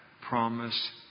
promise